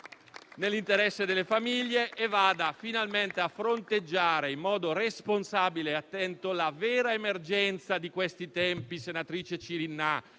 nell'interesse delle famiglie e vada finalmente a fronteggiare, in modo responsabile e attento, la vera emergenza di questi tempi, senatrice Cirinnà,